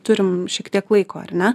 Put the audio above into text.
turim šiek tiek laiko ar ne